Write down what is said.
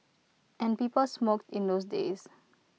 and people smoked in those days